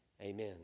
amen